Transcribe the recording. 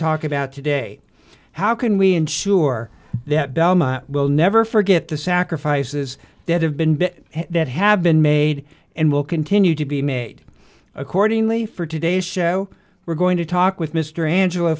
talk about today how can we ensure that delma will never forget the sacrifices that have been bit that have been made and will continue to be made accordingly for today's show we're going to talk with mr angela